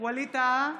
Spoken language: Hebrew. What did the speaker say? ווליד טאהא,